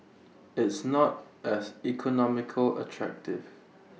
it's not as economically attractive